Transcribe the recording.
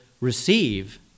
receive